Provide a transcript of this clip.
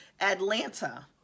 Atlanta